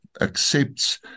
accepts